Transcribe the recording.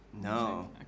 No